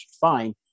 fine